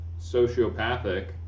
sociopathic